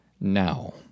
now